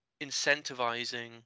incentivizing